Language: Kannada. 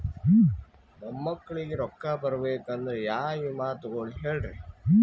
ಮೊಮ್ಮಕ್ಕಳಿಗ ರೊಕ್ಕ ಬರಬೇಕಂದ್ರ ಯಾ ವಿಮಾ ತೊಗೊಳಿ ಹೇಳ್ರಿ?